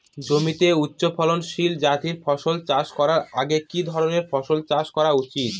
জমিতে উচ্চফলনশীল জাতের ফসল চাষ করার আগে কি ধরণের ফসল চাষ করা উচিৎ?